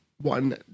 one